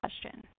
question